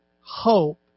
Hope